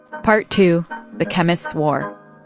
part two the chemists' war